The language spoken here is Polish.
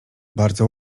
bardzo